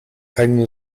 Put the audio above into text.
eigenen